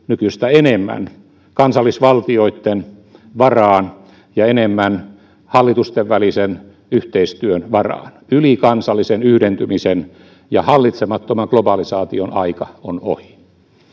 nykyistä enemmän kansallisvaltioitten varaan ja enemmän hallitusten välisen yhteistyön varaan ylikansallisen yhdentymisen ja hallitsemattoman globalisaation aika on ohi